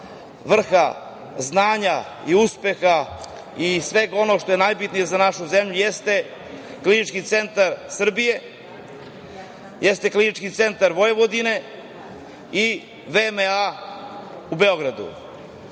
vrha znanja i uspeha i svega onog što je najbitnije za našu zemlju jeste Klinički centar Srbije, jeste Klinički centar Vojvodine i VMA u Beogradu.